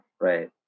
right